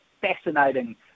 fascinating